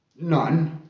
None